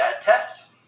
test